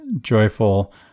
joyful